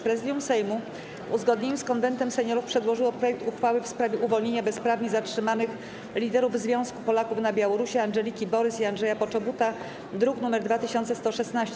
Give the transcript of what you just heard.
Prezydium Sejmu, w uzgodnieniu z Konwentem Seniorów, przedłożyło projekt uchwały w sprawie uwolnienia bezprawnie zatrzymanych liderów Związku Polaków na Białorusi Andżeliki Borys i Andrzeja Poczobuta, druk nr 2116.